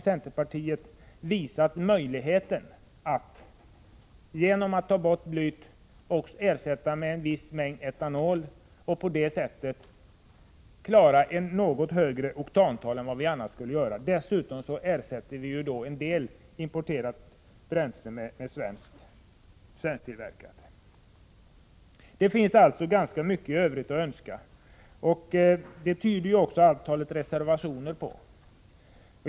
Centerpartiet har påvisat möjligheten att ersätta bly med en viss mängd etanol för att på det sättet klara ett något högre oktantal än annars. Dessutom ersätts på det sättet en del importerat bränsle med svensktillverkat. Det finns alltså ganska mycket övrigt att önska, och det tyder också antalet reservationer på.